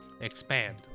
Expand